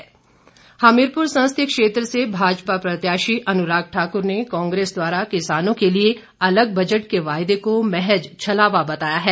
अनुराग ठाकुर हमीरपुर संसदीय क्षेत्र से भाजपा प्रत्याशी अनुराग ठाकुर ने कांग्रेस द्वारा किसानों के लिए अलग बजट के वायदे को महज छलावा बताया है